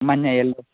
മഞ്ഞ യെല്ലോ